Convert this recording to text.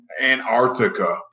Antarctica